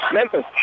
Memphis